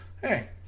hey